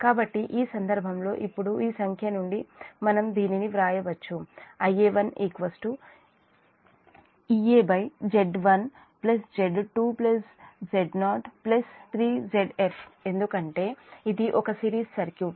కాబట్టి ఈ సందర్భంలో ఇప్పుడు ఈ సంఖ్య నుండి నుండి మనం దానిని వ్రాయవచ్చు Ia1 EaZ1Z2Z03Zf ఎందుకంటే ఇది ఒక సిరీస్ సర్క్యూట్